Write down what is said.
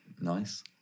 Nice